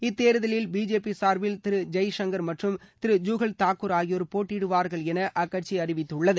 இத்தேர்தலில் பிஜேபி சார்பில் திரு ஜெய்சங்கர் மற்றும் திரு ஜூகல் தாக்கூர் ஆகியோர் போட்டியிடுவார்கள் என அக்கட்சி அறிவித்துள்ளது